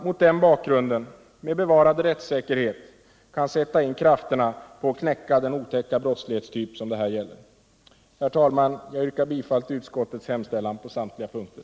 Mot den bakgrunden kan man med bevarad rättssäkerhet sätta in krafterna på att knäcka den otäcka brottslighetstyp som det här gäller. Herr talman! Jag yrkar bifall till utskottets hemställan på samtliga punkter.